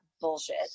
bullshit